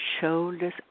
shoulders